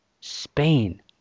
Spain